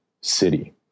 city